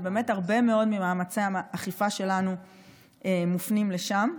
הרבה מאוד ממאמצי האכיפה שלנו מופנים לשם.